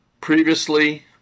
previously